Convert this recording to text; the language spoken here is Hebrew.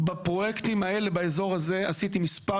בפרויקטים האלה באזור הזה עשיתי מספר